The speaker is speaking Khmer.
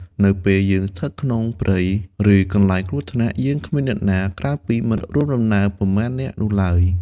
នៅពេលយើងស្ថិតក្នុងព្រៃ ឬកន្លែងគ្រោះថ្នាក់ យើងគ្មានអ្នកណាក្រៅពីមិត្តរួមដំណើរប៉ុន្មាននាក់នោះឡើយ។